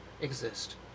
exist